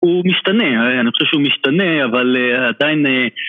הוא משתנה, אני חושב שהוא משתנה, אבל עדיין...